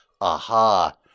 aha